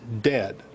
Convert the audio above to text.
dead